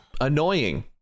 Annoying